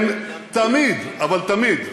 הם תמיד, אבל תמיד,